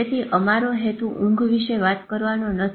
તેથી અમારો હેતુ ઊંઘ વિશે વાત કરવાનો નથી